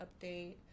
update